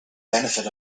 benefit